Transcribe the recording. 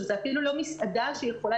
זה אפילו לא מסעדה שיכולה,